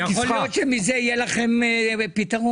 יכול להיות שמזה יהיה לכם פתרון.